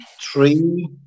three